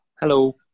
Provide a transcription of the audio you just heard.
Hello